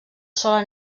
sola